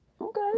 Okay